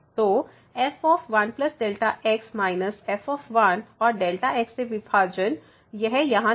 तो f1 Δ x f और Δx से विभाजन यह यहाँ नहीं है